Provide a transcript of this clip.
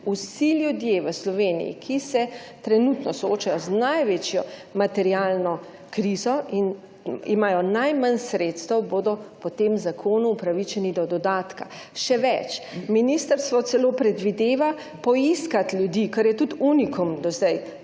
Vsi ljudje v Sloveniji, ki se trenutno soočajo z največjo materialno krizo in imajo najmanj sredstev, bodo po tem zakonu upravičeni do dodatka. Še več, ministrstvo celo predvideva poiskati ljudi - kar je tudi unikum do zdaj pri